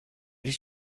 did